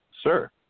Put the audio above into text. sir